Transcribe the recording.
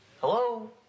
Hello